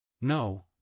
No